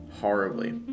horribly